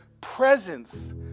presence